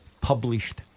published